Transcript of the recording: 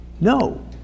No